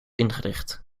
ingericht